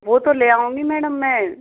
वो तो ले आऊँगी मेडम मैं